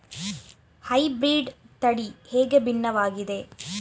Hybrid ತಳಿ ಹೇಗೆ ಭಿನ್ನವಾಗಿದೆ?